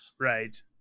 Right